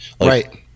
right